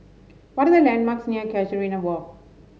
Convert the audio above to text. what are the landmarks near Casuarina Walk